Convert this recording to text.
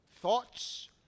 thoughts